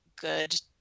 good